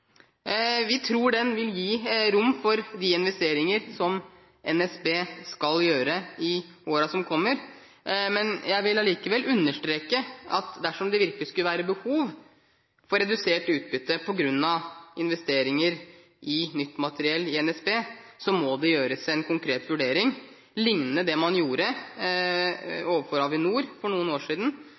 Vi tror den vil gi rom for de investeringer som NSB skal gjøre i årene som kommer. Jeg vil allikevel understreke at dersom det virkelig skulle være behov for redusert utbytte i NSB på grunn av investeringer i nytt materiell, må det gjøres en konkret vurdering lignende den man gjorde overfor Avinor for noen år siden,